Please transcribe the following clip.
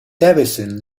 davidson